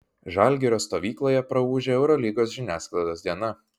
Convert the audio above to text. žalgirio stovykloje praūžė eurolygos žiniasklaidos diena